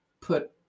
put